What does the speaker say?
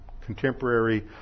contemporary